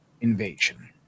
invasion